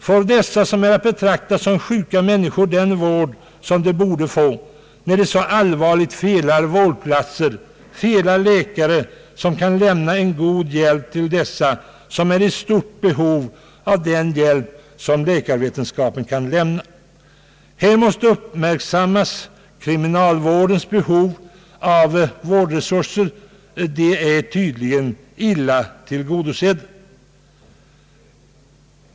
Får dessa, som är att betrakta som sjuka människor, den vård som de borde få, när det är en sådan allvarlig brist på vårdplatser och på läkare, som kan läm na en god hjälp till dem som är i stort behov av den hjälp läkarvetenskapen kan ge? Här måste uppmärksammas kriminalvårdens behov av vårdresurser. De är tydligen illa tillgodosedda.